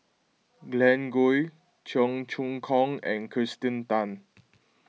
Glen Goei Cheong Choong Kong and Kirsten Tan